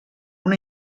una